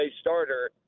starter